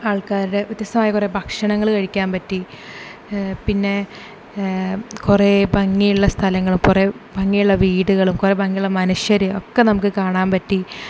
ആൾക്കാരുടെ വത്യസ്തമായ കുറേ ഭക്ഷണങ്ങൾ കഴിക്കാൻ പറ്റി പിന്നെ കുറേ ഭംഗിയുള്ള സ്ഥലങ്ങൾ കുറേ ഭംഗിയുള്ള വീടുകളും കുറെ ഭംഗിയുള്ള മനുഷ്യർ ഒക്കെ നമുക്ക് കാണാൻ പറ്റി